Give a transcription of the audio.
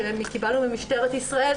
שקיבלנו ממשטרת ישראל,